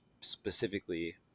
specifically